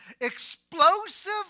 explosive